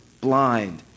blind